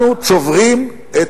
אנחנו צוברים את